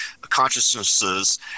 consciousnesses